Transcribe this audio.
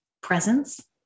presence